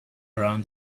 around